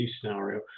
scenario